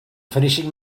finishing